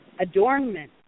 adornment